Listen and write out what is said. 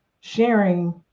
sharing